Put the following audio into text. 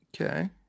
Okay